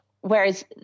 Whereas